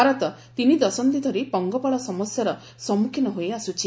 ଭାରତ ତିନିଦଶନ୍ଧି ଧରି ପଙ୍ଗପାଳ ସମସ୍ୟାର ସମ୍ମୁଖୀନ ହୋଇ ଆସୁଛି